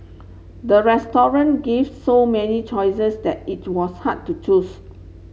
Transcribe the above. the restaurant gives so many choices that it was hard to choose